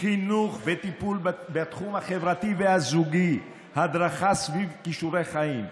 חינוך וטיפול בתחום החברתי והזוגי: הדרכה סביב כישורי חיים,